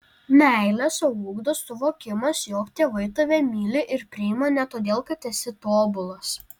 meilę sau ugdo suvokimas jog tėvai tave myli ir priima ne todėl kad esi tobulas